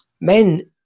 men